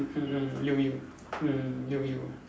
mm mm you'll be mm you'll be